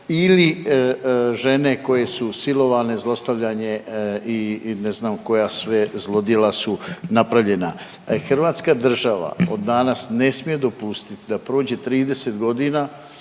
ili žene koje su silovane, zlostavljane ili ne znam koja sve zlodjela su napravljena. Hrvatska država od danas ne smije dopustiti da prođe 30 godina